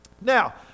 Now